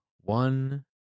one